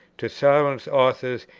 to silence authors,